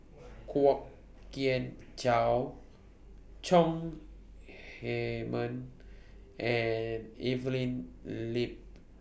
Kwok Kian Chow Chong Heman and Evelyn Lip